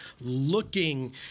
looking